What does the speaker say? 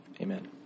amen